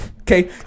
Okay